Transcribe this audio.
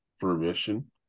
permission